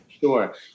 Sure